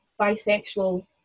bisexual